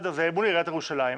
זה מול עיריית ירושלים.